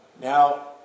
Now